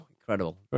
Incredible